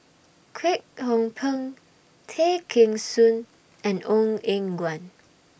Kwek Hong Png Tay Kheng Soon and Ong Eng Guan